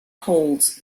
holds